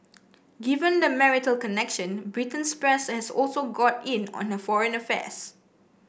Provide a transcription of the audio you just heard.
given the marital connection Britain's press has also got in on her foreign affairs